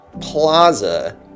plaza